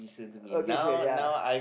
okay sure ya